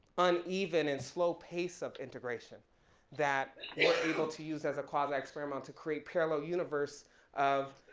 uneven and slow pace of integration that we're able to use as a quasi experiment to create parallel universe of